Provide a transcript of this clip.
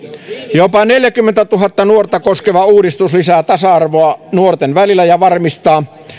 jopa neljääkymmentätuhatta nuorta koskeva uudistus lisää tasa arvoa nuorten välillä ja varmistaa